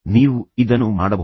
ನೀವು ಇದನ್ನು ಮಾಡಬಹುದು